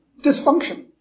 dysfunction